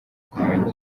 kumenya